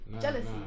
Jealousy